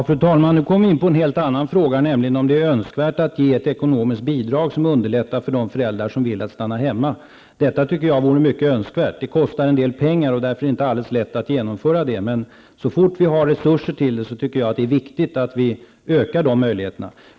Fru talman! Nu kom vi in på en helt annan fråga, nämligen om det är önskvärt att ge ett ekonomiskt bidrag som underlättar för de föräldrar som vill stanna hemma. Detta tycker jag vore mycket önskvärt. Det kostar en del pengar och är därför inte alldeles lätt att genomföra. Men så fort vi har resurser till det, tycker jag att det är viktigt att vi ökar de möjligheterna.